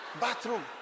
bathroom